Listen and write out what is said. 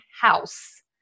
house